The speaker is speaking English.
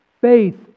Faith